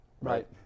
Right